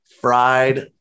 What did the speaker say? Fried